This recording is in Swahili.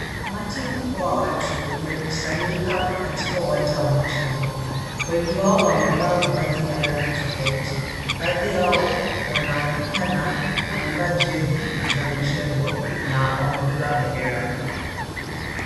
Umati mkubwa wa watu umekusanyika katika uwanja wa michezo. wengi wao wamevaa mavazi ya rangi tofauti. Baadhi yao wanaonekana wamevaa jezi za michezo na wamebeba bendera.